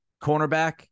cornerback